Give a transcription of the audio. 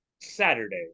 Saturday